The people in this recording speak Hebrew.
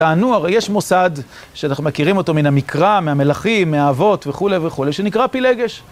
טענו, הרי יש מוסד שאנחנו מכירים אותו מן המקרא, מהמלכים, מהאבות וכולי וכולי, שנקרא פילגש.